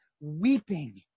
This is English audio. weeping